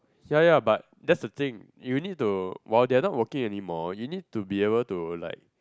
ya ya but that's the thing you need to while they are not working anymore you need to be able to like